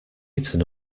eaten